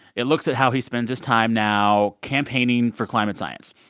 it looks at how he spends his time now campaigning for climate science,